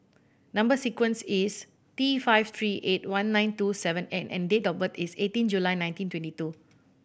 number sequence is T five three eight one nine two seven N and date of birth is eighteen July nineteen twenty two